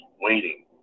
waiting